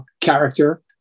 character